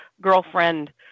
girlfriend